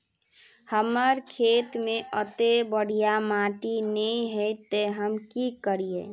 हमर खेत में अत्ते बढ़िया माटी ने है ते हम की करिए?